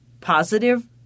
positive